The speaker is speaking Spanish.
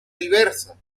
diversa